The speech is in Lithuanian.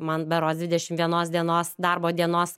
man berods dvidešim vienos dienos darbo dienos